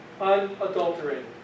unadulterated